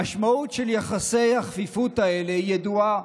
המשמעות של יחסי הכפיפות האלה ידועה: